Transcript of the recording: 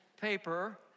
paper